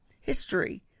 history